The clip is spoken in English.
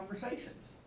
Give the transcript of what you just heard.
conversations